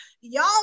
Y'all